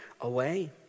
away